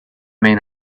main